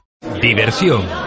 Diversión